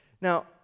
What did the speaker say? Now